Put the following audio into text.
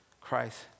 Christ